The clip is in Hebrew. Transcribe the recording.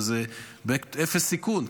כשזה באפס סיכון.